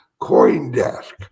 Coindesk